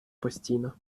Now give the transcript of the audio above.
постійно